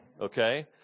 okay